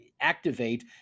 activate